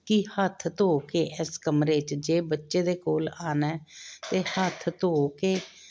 ਕਿ ਹੱਥ ਧੋ ਕੇ ਇਸ ਕਮਰੇ 'ਚ ਜੇ ਬੱਚੇ ਦੇ ਕੋਲ ਆਉਣਾ ਅਤੇ ਹੱਥ ਧੋ ਕੇ